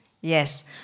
Yes